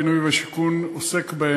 פותח את הדיון שר הבינוי והשיכון אורי